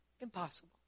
impossible